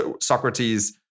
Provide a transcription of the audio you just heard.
Socrates